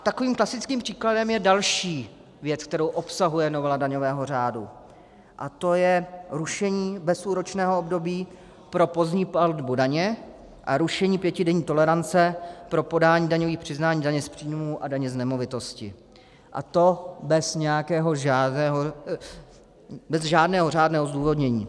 Takovým klasickým příkladem je další věc, kterou obsahuje novela daňového řádu, a to je rušení bezúročného období pro pozdní platbu daně a rušení pětidenní tolerance pro podání daňových přiznání daně z příjmu a daně z nemovitosti, a to bez žádného řádného zdůvodnění.